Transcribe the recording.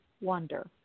wonder